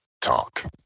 talk